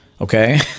okay